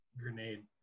Grenade